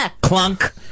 clunk